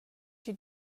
she